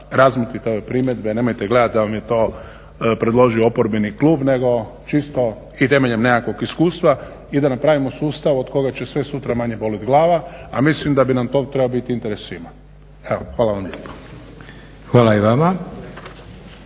razmotrite ove primjedbe, nemojte gledati da vam je to predložio oporbeni klub nego čisto i temeljem nekakvog iskustva i da napravimo sustav od kojeg će sve sutra manje boljeti glava. A mislim da bi nam to trebao biti interes svima. Evo, hvala vam lijepo.